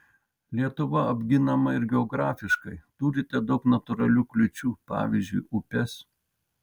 lietuva apginama ir geografiškai turite daug natūralių kliūčių pavyzdžiui upes